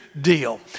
deal